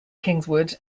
kingswood